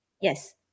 Yes